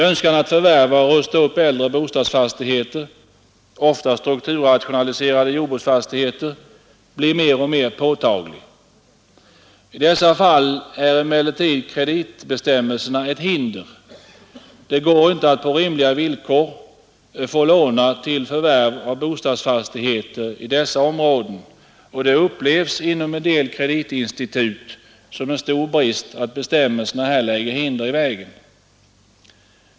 Önskan att förvärva och rusta upp äldre bostadsfastigheter, ofta strukturrationaliserade jordbruksfastigheter, blir mer och mer påtaglig. I dessa fall är emellertid kreditbestämmelserna ett hinder. Det går inte att på rimliga villkor få låna till förvärv av bostadsfastigheter i dessa områden. Det upplevs inom en del kreditinstitut som en stor brist att bestämmelserna här lägger hinder i vägen.